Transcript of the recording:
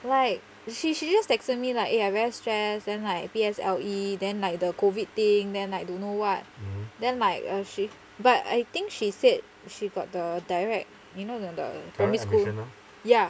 like she she just texted me like eh I very stress then like P_S_L_E then like the COVID thing then like don't know what then might err she but I think she said she got the direct you know the the primary school thing ya